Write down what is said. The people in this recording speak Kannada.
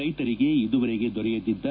ರೈತರಿಗೆ ಇದುವರೆಗೆ ದೊರೆಯದಿದ್ದ